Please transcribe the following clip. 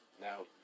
Now